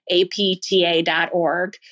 apta.org